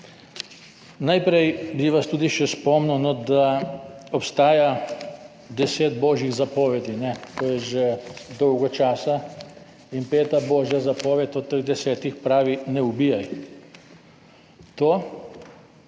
Najprej bi vas tudi še spomnil, da obstaja deset božjih zapovedi, to je že dolgo časa, in peta božja zapoved od teh desetih pravi, ne ubijaj. To